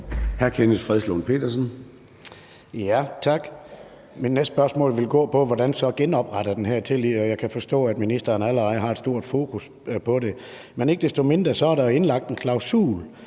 Kenneth Fredslund Petersen (DD): Tak. Mit næste spørgsmål vil gå på, hvordan man så genopretter den her tillid, og jeg kan forstå, at ministeren allerede har et stort fokus på det. Men ikke desto mindre er der jo indlagt en klausul,